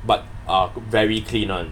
but uh very clean [one]